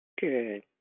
Good